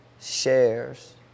shares